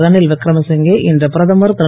ரணில் விக்ரமசிங்கே இன்று பிரதமர் திரு